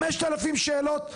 5,000 שאלות?